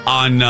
on